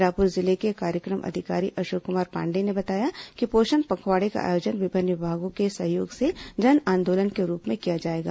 रायपुर जिले के कार्यक्रम अधिकारी अशोक कुमार पाण्डेय ने बताया कि पोषण पखवाडे का आयोजन विभिन्न विभागों के सहयोग से जन आंदोलन के रूप किया जाएगा